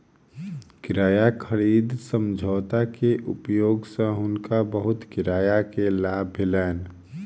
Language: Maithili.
किराया खरीद समझौता के उपयोग सँ हुनका बहुत किराया के लाभ भेलैन